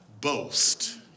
boast